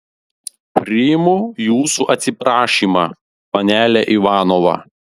priimu jūsų atsiprašymą panele ivanova